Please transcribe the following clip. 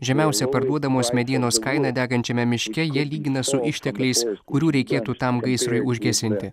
žemiausia parduodamos medienos kaina degančiame miške jie lygina su ištekliais kurių reikėtų tam gaisrui užgesinti